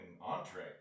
entree